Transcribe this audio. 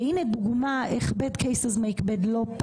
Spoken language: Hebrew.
והינה דוגמה איך bad cases make bad law,